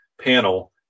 panel